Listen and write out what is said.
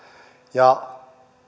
ja